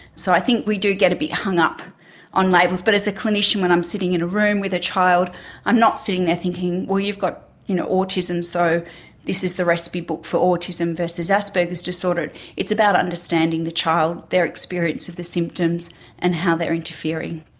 so i think we do get a bit hung up on labels, but as a clinician when i'm sitting in a room with a child i'm not sitting there thinking well you've got you know autism so this is the recipe book for autism versus asperger's disorder it's about understanding the child, their experience of the symptoms and how they are interfering.